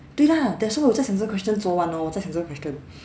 对 lah that's why 我在想这个 question 昨晚哦我在想这个 question